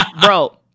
bro